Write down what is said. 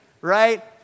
right